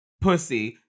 pussy